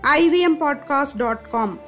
ivmpodcast.com